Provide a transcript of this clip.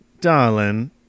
Darling